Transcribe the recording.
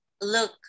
Look